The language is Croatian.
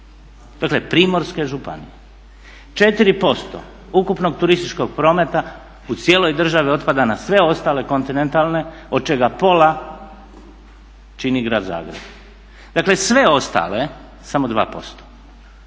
Dakle, primorske županije. 4% ukupnog turističkog prometa u cijeloj državi otpada na sve ostale kontinentalne od čega pola čini Grad Zagreb. Dakle, sve ostale, samo 2%.